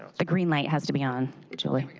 the green light has to be on usually.